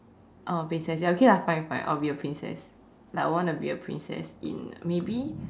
uh princess ya okay lah fine fine I'll be a princess like I want to be a princess in maybe